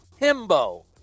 Himbo